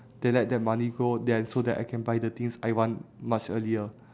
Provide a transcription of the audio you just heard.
then let that money grow then so that I can buy the things I want much earlier